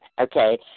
okay